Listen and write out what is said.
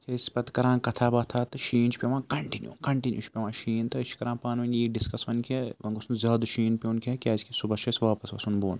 چھِ أسۍ پَتہٕ کَران کتھاہ باتھاہ تہٕ شیٖن چھِ پیٚوان کَنٹِنیوٗ کَنٹِنیوٗ چھِ پیٚوان شیٖن تہٕ أسۍ چھِ کَران پانہٕ ؤنۍ یی ڈِسکَس وۄنۍ کہِ وۄنۍ گوٚژھ نہٕ زیادٕ شیٖن پیٚون کینٛہہ کیٛازِکہِ صُبحس چھِ اَسہِ واپَس وَسُن بۄن